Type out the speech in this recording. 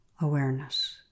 awareness